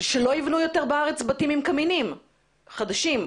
שלא ייבנו יותר בתים עם קמינים חדשים בארץ.